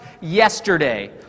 yesterday